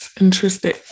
Interesting